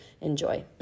enjoy